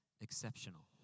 exceptional